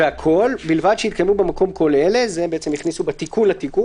והכול ובלבד שיתקיימו במקום כל אלה:" את זה הם הכניסו בתיקון לתיקון,